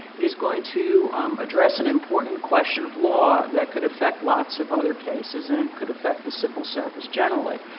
is going to address an important question of law that could affect lots of other cases, and it could affect the civil service generally.